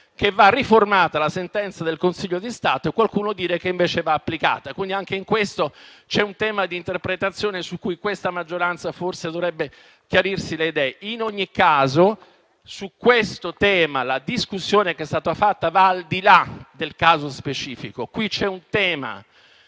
che va riformata la sentenza del Consiglio di Stato e qualcuno dire che invece va applicata. Quindi anche in questo c'è un tema di interpretazione su cui la maggioranza forse dovrebbe chiarirsi le idee. In ogni caso, su questo tema la discussione che è stata fatta va al di là del caso specifico. Quale